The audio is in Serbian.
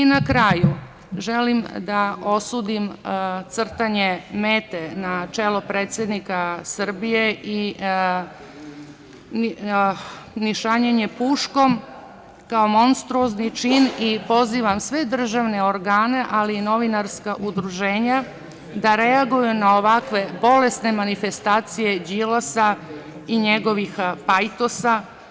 Na kraju, želim da osudim crtanje mete na čelo predsednika Srbije i nišanjenje puškom, kao monstruozni čin i pozivam sve državne organe, ali i novinarska udruženja da reaguju na ovakve bolesne manifestacije Đilasa i njegovih pajtosa.